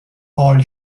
called